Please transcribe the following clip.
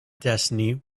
destiny